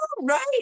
right